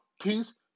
Peace